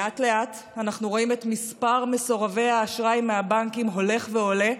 לאט-לאט אנחנו רואים את מספר מסורבי האשראי מהבנקים הולך ועולה,